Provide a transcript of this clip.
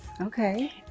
Okay